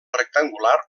rectangular